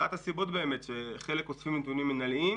אחת הסיבות היא שחלק אוספים נתונים מינהליים